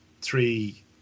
three